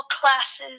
classes